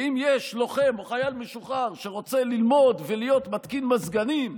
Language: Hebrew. ואם יש לוחם או חייל משוחרר שרוצה ללמוד ולהיות מתקין מזגנים,